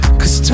cause